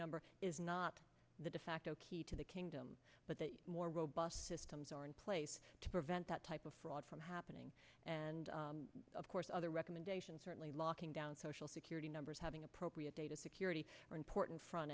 number is not the defacto key to the kingdom but the more robust systems are in place to prevent that type of fraud from happening and of course other recommendations certainly locking down social security numbers having appropriate data security are important front